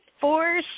four